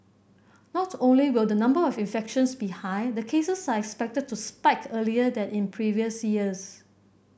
not only will the number of infections be high the cases are expected to spike earlier than in previous years